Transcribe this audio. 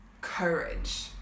courage